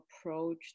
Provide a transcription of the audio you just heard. approach